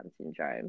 syndrome